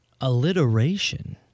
Alliteration